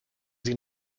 sie